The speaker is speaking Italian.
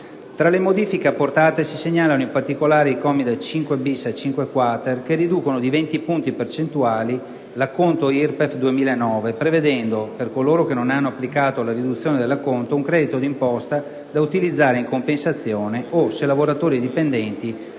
Tra le modifiche apportate, si segnalano, in particolare, i commi da 5-*bis* a 5-*quater* dell'articolo 2, che riducono di 20 punti percentuali l'acconto IRPEF 2009, prevedendo, per coloro che non hanno applicato la riduzione dell'acconto, un credito d'imposta da utilizzare in compensazione o, se lavoratori dipendenti,